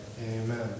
Amen